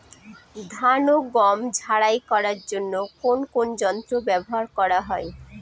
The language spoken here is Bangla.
ধান ও গম ঝারাই করার জন্য কোন কোন যন্ত্র ব্যাবহার করা হয়?